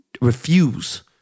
Refuse